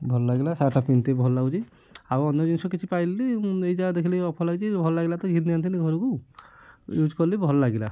ଭଲ ଲାଗିଲା ସାର୍ଟ୍ଟା ପିନ୍ଧିଛି ଭଲ ଲାଗୁଛି ଆଉ ଅନ୍ୟ ଜିନିଷ କିଛି ପାଇଲିନି ଏଇଯା ଦେଖିଲି ଅଫର୍ ଲାଗିଛି ଭଲ ଲାଗିଲା ତ ଘିନି ଆଣିଥିଲି ଘରକୁ ୟୁଜ୍ କରିଲି ଭଲ ଲାଗିଲା